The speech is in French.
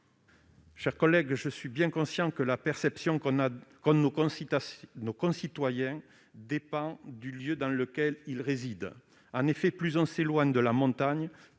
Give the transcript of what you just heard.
la réplique. Je suis bien conscient que la perception de nos concitoyens dépend du lieu dans lequel ils résident. En effet, plus on s'éloigne de la montagne,